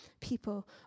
people